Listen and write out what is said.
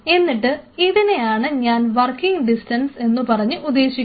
എന്നിട്ട് ഇതിനെയാണ് ഞാൻ വർക്കിംഗ് ഡിസ്റ്റൻസ് എന്നുപറഞ്ഞ് ഉദ്ദേശിക്കുന്നത്